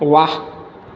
વાહ